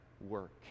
work